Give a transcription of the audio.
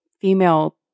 female